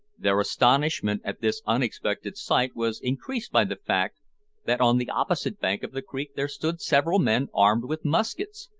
their astonishment at this unexpected sight was increased by the fact that on the opposite bank of the creek there stood several men armed with muskets,